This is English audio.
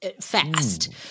fast